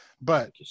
But-